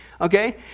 Okay